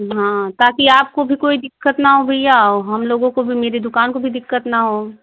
हाँ ताकि आपको भी कोई दिक्कत ना हो भैया और हम लोगों को भी मेरी दुकान को भी दिक्कत ना हो